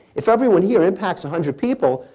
if everyone here impacts a hundred people,